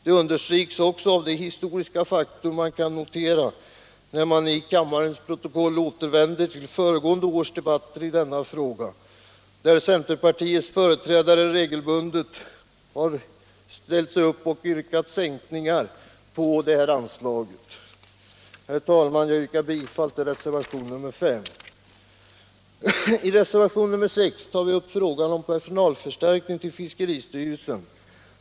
Det understryks också av det historiska faktum, som man kan notera när man i kammarens protokoll återvänder till föregående års debatter i denna fråga, där centerpartiets företrädare regelbundet ställt sig upp och yrkat på sänkningar av det här anslaget. I reservation nr 6 tar vi upp frågan om personalförstärkning i fiskeristyrelsen.